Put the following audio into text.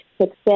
success